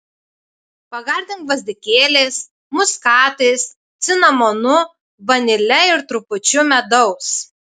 pagardink gvazdikėliais muskatais cinamonu vanile ir trupučiu medaus